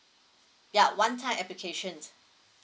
ya one time applications